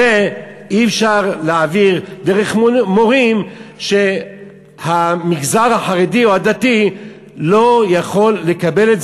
את זה אי-אפשר להעביר דרך מורים שהמגזר החרדי או הדתי לא יכול לקבל.